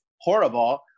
horrible